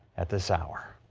at this hour.